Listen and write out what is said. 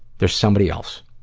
there's somebody else